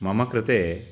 मम कृते